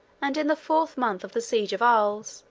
and in the fourth month of the siege of arles,